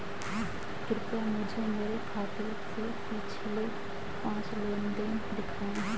कृपया मुझे मेरे खाते से पिछले पांच लेनदेन दिखाएं